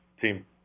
Team